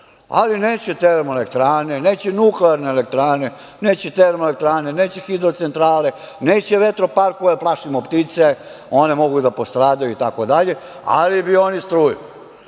ali neće termoelektrane, neće nuklearne elektrane, neće termoelektrane, neće hidrocentrale, neće vetroparkove, plašimo ptice, one mogu da postradaju itd, ali bi oni struju. Oni